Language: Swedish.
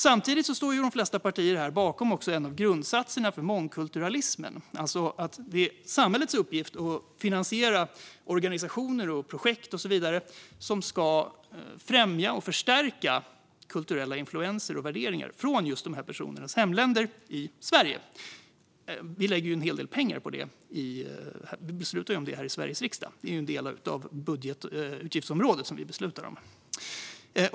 Samtidigt står de flesta partier här bakom en av grundsatserna för mångkulturalismen, att det är samhällets uppgift att finansiera organisationer, projekt och så vidare som ska främja och förstärka kulturella influenser och värderingar i Sverige från just dessa personers hemländer. Vi lägger en hel del pengar på det och beslutar om det i Sveriges riksdag. Det är en del av utgiftsområdet som vi beslutar om.